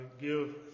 give